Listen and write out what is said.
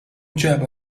جعبه